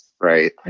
right